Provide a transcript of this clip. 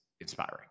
inspiring